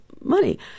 money